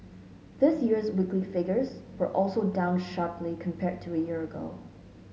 this year's weekly figures were also down sharply compared to a year ago